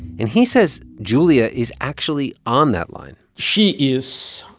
and he says julia is actually on that line she is,